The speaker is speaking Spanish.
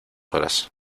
horas